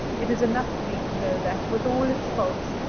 it is enough for me to know that, with all its faults,